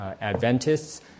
Adventists